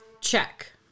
Check